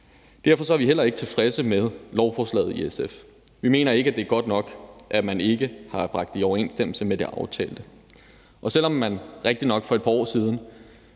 Derfor så er vi heller ikke tilfredse med lovforslaget i SF. Vi mener ikke, at det er godt nok, at man ikke har bragt det i overensstemmelse med det aftalte. Og selv om man rigtigt nok for et par år siden